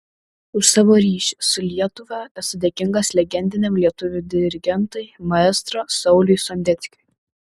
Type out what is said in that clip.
už savo ryšį su lietuva esu dėkingas legendiniam lietuvių dirigentui maestro sauliui sondeckiui